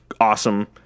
awesome